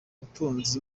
utunze